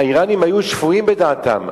האירנים היו שפויים בדעתם.